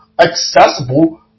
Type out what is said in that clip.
accessible